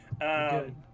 good